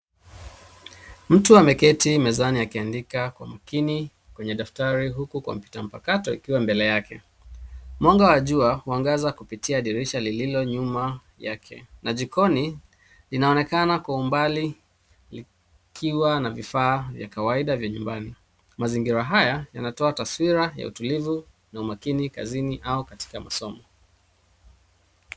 Mtu ameketi mezani akiandika kwa makini kwenye daftari huku kompyuta mpakato ikiwa mbele yake. Mwanga wa jua waangaza kupitia dirisha lililo nyuma yake na jikoni linaonekana kwa umbali likiwa na vifaa vya kawaida vya nyumbani. Mazingira haya yanatoa taswira ya utulivu na umakini kazini au katika masomo.